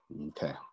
Okay